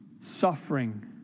suffering